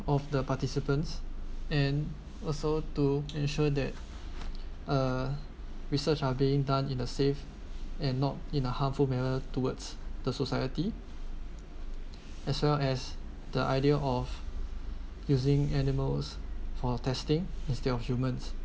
of the participants and also to ensure that uh research are being done in a safe and not in a harmful manner towards the society as well as the idea of using animals for testing instead of humans